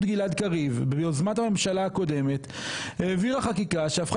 גלעד קריב וביוזמת הממשלה הקודמת העבירה חקיקה שהפכה